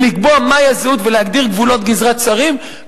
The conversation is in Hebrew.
ולקבוע מהי הזהות ולהגדיר גבולות גזרה צרים,